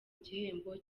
igihembo